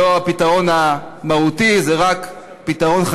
זה לא הפתרון המהותי,